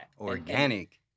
Organic